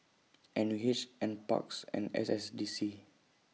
N U H N Parks and S S D C